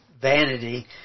vanity